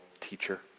teacher